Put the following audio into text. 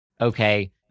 Okay